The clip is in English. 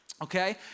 Okay